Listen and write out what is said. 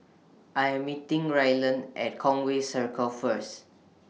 I Am meeting Rylan At Conway Circle First